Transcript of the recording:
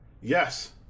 Yes